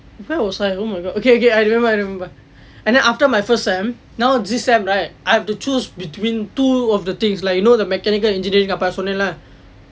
where was I oh my god okay okay I remember I remember and then after my first sem now this sem right I have to choose between two of the things like you know the mechanical engineering அப்போ அதை சொன்னேன்:appo athai sonen leh